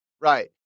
Right